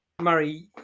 Murray